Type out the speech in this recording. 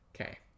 Okay